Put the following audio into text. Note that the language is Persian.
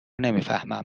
نمیفهمم